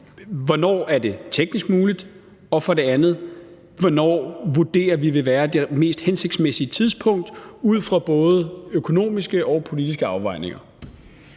hvornår det er teknisk muligt, og om hvornår vi vurderer, at det vil være det mest hensigtsmæssige tidspunkt ud fra både økonomiske og politiske afvejninger.